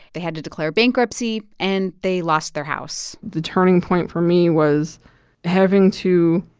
they had to declare bankruptcy, and they lost their house the turning point for me was having to,